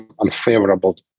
unfavorable